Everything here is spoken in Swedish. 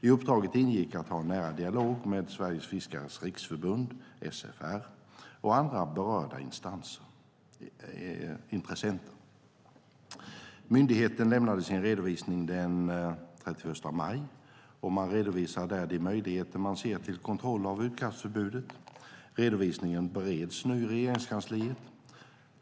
I uppdraget ingick att ha en nära dialog med Sveriges Fiskares Riksförbund, SFR, och andra berörda intressenter. Myndigheten lämnade sin redovisning den 31 maj, och man redogör där för de möjligheter man ser till kontroll av utkastförbudet. Redovisningen bereds nu i Regeringskansliet.